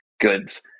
goods